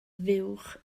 fuwch